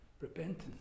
repentance